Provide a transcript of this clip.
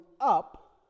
up